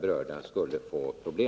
berörda enskilda skulle få problem.